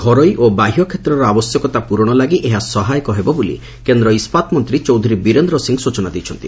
ଘରୋଇ ଓ ବାହ୍ୟ କ୍ଷେତ୍ରର ଆବଶ୍ୟକତା ପ୍ରରଣ ଲାଗି ଏହା ସହାୟକ ହେବ ବୋଲି କେନ୍ଦ୍ର ଇସ୍କାତମନ୍ତୀ ଚୌଧୁରୀ ବୀରେନ୍ଦ୍ର ସିଂ ସ୍ଚନା ଦେଇଛନ୍ତି